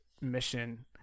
mission